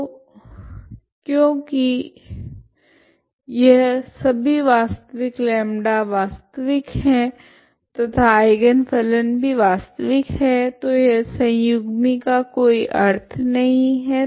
तो क्योकि यह सभी वास्तविक λ वास्तविक है तथा आइगन फलन भी वास्तविक है तो संयुग्मी का कोई अर्थ नहीं है